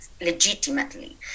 legitimately